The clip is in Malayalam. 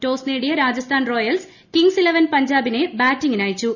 ടോസ് നേടിയ രാജസ്ഥാൻ റോയൽസ് കിംഗ്സ് ഇലവൻ പഞ്ചാബിനെ ബാറ്റിംഗിനച്ചു